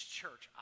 church